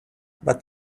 but